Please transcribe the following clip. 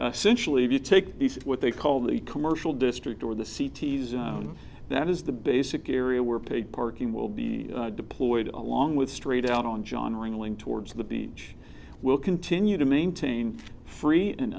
take what they call the commercial district or the city zone that is the basic area where pay parking will be deployed along with straight out on john ringling towards the beach will continue to maintain free an